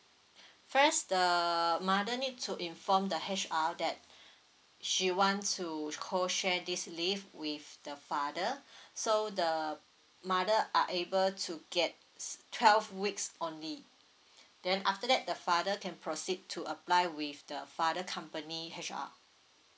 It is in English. first the mother need to inform the H_R that she want to co share this leave with the father so the mother are able to gets twelve weeks only then after that the father can proceed to apply with the father company H_R